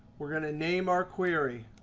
we're going to name our query,